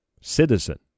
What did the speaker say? citizen